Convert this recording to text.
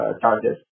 charges